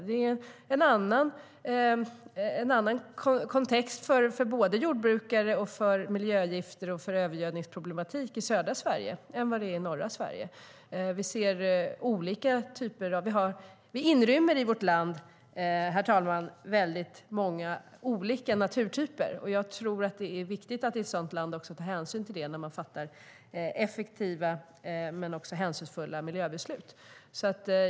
Det är en annan kontext för jordbrukare, miljögifter och övergödningsproblematik i södra Sverige än i norra Sverige.Herr talman! Vi inrymmer i vårt land många olika naturtyper. Jag tror att det är viktigt att i ett sådant land ta hänsyn till detta när man fattar effektiva men också hänsynsfulla miljöbeslut.